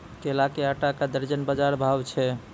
केला के आटा का दर्जन बाजार भाव छ?